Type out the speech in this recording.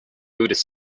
buddhist